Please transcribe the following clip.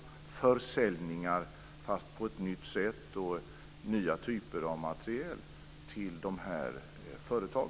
Det ska också gälla försäljningar, fast det sker på ett nytt sätt och gäller nya typer av materiel, till dessa företag.